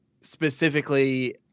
specifically